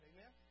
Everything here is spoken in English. Amen